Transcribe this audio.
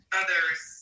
others